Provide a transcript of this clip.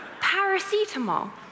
paracetamol